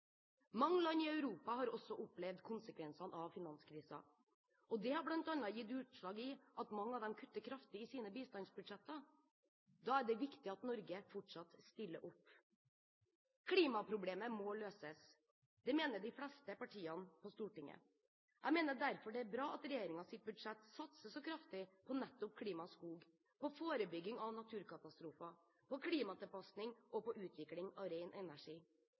Mange land i Europa har også opplevd konsekvensene av finanskrisen. Det har bl.a. gitt seg utslag i at mange av dem kutter kraftig i sine bistandsbudsjetter. Da er det viktig at Norge fortsatt stiller opp. Klimaproblemet må løses. Det mener de fleste partiene på Stortinget. Jeg mener derfor det er bra at regjeringens budsjett satser så kraftig på nettopp klima og skog, på forebygging av naturkatastrofer, på klimatilpasning og på utvikling av ren energi.